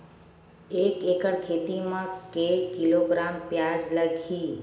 एक एकड़ खेती म के किलोग्राम प्याज लग ही?